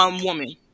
woman